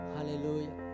Hallelujah